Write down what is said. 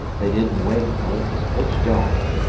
they didn't awake till it was pitch dark,